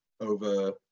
over